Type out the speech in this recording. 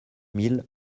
mille